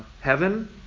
Heaven